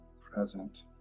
Present